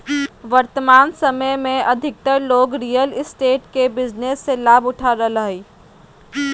वर्तमान समय में अधिकतर लोग रियल एस्टेट के बिजनेस से लाभ उठा रहलय हइ